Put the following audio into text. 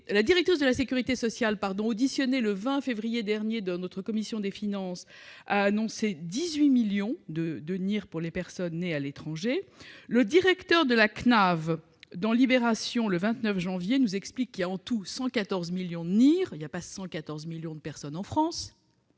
La directrice de la sécurité sociale, auditionnée le 20 février dernier par notre commission des finances, a annoncé 18 millions de NIR pour les personnes nées à l'étranger. Le directeur de la CNAV, la Caisse nationale d'assurance vieillesse, dans, le 29 janvier, nous expliquait qu'il y avait, en tout, 114 millions de NIR ; or il n'y a pas 114 millions de personnes en France,